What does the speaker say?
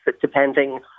depending